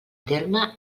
terme